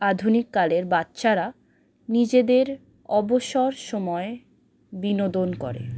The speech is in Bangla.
আধুনিককালের বাচ্চারা নিজেদের অবসর সময়ে বিনোদন করে